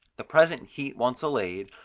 the present heat once allayed,